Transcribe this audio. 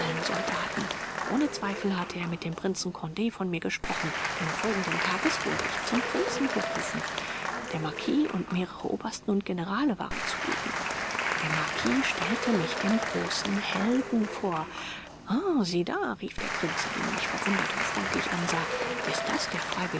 soldaten ohne zweifel hatte er mit dem prinzen cond von mir gesprochen denn folgenden tages wurde ich zum prinzen berufen der marquis und mehrere obersten und generale waren zugegen der marquis stellte mich dem großen helden vor ah sieh da rief der prinz indem er mich verwundert und freundlich ansah ist das der